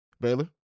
Baylor